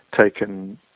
taken